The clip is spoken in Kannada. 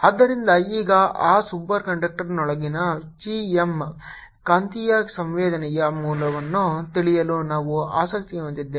ಆದ್ದರಿಂದ ಈಗ ಆ ಸೂಪರ್ ಕಂಡಕ್ಟರ್ನೊಳಗಿನ chi M ಕಾಂತೀಯ ಸಂವೇದನೆಯ ಮೌಲ್ಯವನ್ನು ತಿಳಿಯಲು ನಾವು ಆಸಕ್ತಿ ಹೊಂದಿದ್ದೇವೆ